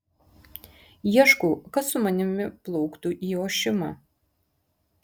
ieškau kas su manimi plauktų į ošimą